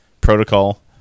protocol